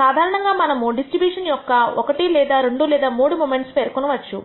సాధారణంగా మనము డిస్ట్రిబ్యూషన్ యొక్క1 లేదా 2 లేదా 3 మొమెంట్స్ గా పేర్కొనవచ్చు